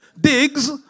digs